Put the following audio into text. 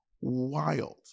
wild